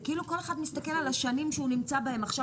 זה כאילו כל אחד מסתכל על השנים שהוא נמצא בהם עכשיו